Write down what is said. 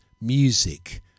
music